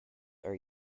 are